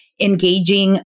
engaging